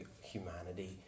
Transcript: humanity